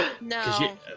No